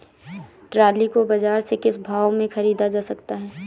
Trolley को बाजार से किस भाव में ख़रीदा जा सकता है?